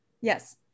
Yes